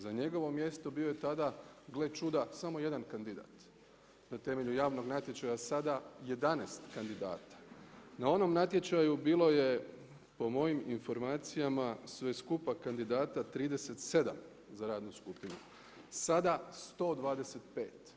Za njegovo mjesto bio je tada, gle čuda, samo jedan kandidat, na temelju javnog natječaja sada 11 kandidata, na onom natječaju bilo je po mojim informacijama sve skupa kandidata 37 za radnu skupinu, sada 125.